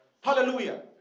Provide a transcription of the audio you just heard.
Hallelujah